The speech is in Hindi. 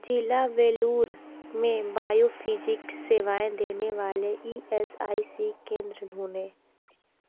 ज़िला वेलूर में बायोफिजिक्स सेवाएँ देने वाले ई एस आई सी केंद्र ढूँढें